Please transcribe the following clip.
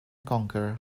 conquer